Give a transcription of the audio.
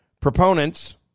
proponents